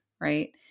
right